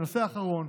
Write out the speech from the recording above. נושא אחרון: